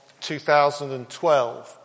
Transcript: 2012